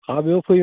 हाबायाव फै